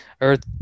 earth